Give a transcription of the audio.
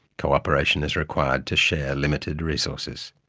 cooperation is required to share limited resources.